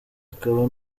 akaba